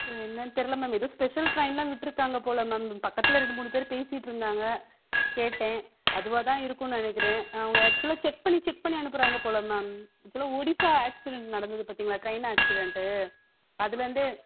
என்னென்னு தெரியல மேம் ஏதோ ஸ்பெஷல் டிரெயின்லாம் விட்டுருக்காங்கள் போல மேம் பக்கத்தில் ரெண்டு மூணு பேர் பேசிகிட்டு இருந்தாங்கள் கேட்டேன் அதுவா தான் இருக்குதுன்னு நினைக்கிறேன் அவங்க ஆக்சுவலாக செக் பண்ணி செக் பண்ணி அனுப்புகிறாங்க போல மேம் ஆக்சுவலாக ஒடிசா ஆக்சிடெண்ட் நடந்துது பார்த்தீங்களா டிரெயின் ஆக்சிடெண்ட்டு அதுலேருந்தே